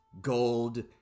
gold